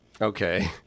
Okay